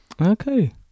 Okay